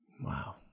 wow